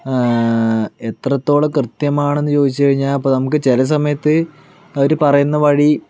ആ എത്രത്തോളം കൃത്യമാണെന്ന് ചോദിച്ച് കഴിഞ്ഞാൽ ഇപ്പ ചില സമയത്ത് അവര് പറയുന്ന വഴി